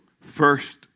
First